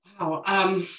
Wow